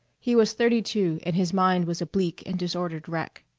he was thirty-two and his mind was a bleak and disordered wreck.